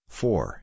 four